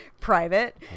private